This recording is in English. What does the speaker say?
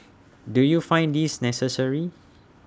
do you find this necessary